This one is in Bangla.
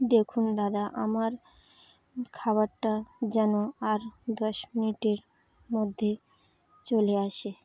দেখুন দাদা আমার খাবারটা যেন আর দশ মিনিটের মধ্যে চলে আসে